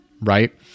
right